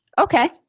Okay